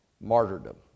martyrdom